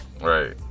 Right